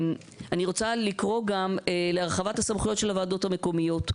אני גם רוצה לקרוא להרחבת הסמכויות של הוועדות המקומיות.